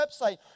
website